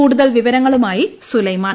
കൂടുതൽ വിവരങ്ങളുമായി സുലൈമാൻ